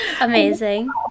Amazing